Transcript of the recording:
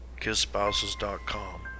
KISSspouses.com